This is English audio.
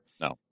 no